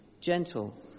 gentle